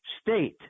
state